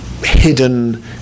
hidden